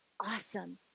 awesome